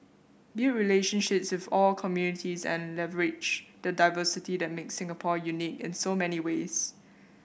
build relationships with all communities and leverage the diversity that makes Singapore unique in so many ways